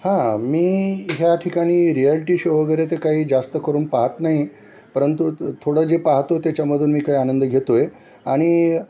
हां मी ह्या ठिकाणी रियालटी शो वगैरे ते काही जास्त करून पाहत नाही परंतु थोडं जे पाहतो त्याच्यामधून मी काही आनंद घेतो आहे आणि